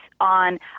on